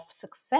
success